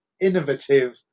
innovative